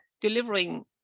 delivering